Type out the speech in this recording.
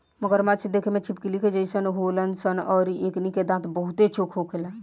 मगरमच्छ देखे में छिपकली के जइसन होलन सन अउरी एकनी के दांत बहुते चोख होला